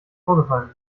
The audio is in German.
vorgefallen